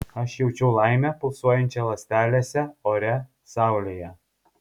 aš jaučiau laimę pulsuojančią ląstelėse ore saulėje